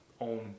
own